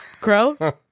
Crow